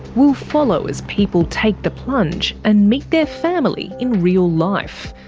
we'll follow as people take the plunge and meet their family in real life.